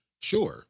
Sure